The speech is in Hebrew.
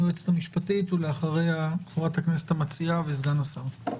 היועצת המשפטית; ואחריה חברת הכנסת המציעה; וסגן השר.